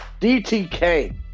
DTK